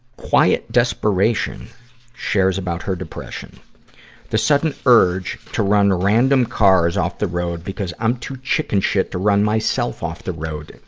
quiet desperation shares about her depression the sudden urge to run random cars off the road, because i'm too chicken shit to run myself off the road.